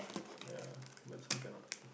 ya but this one cannot